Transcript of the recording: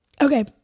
Okay